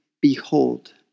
behold